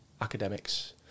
academics